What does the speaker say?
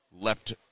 left